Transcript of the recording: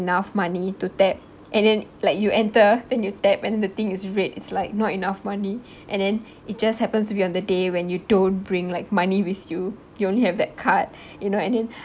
enough money to tap and then like you enter then you tap and the thing is red is like not enough money and then it just happens to be on the day when you don't bring like money with you you only have that card you know and then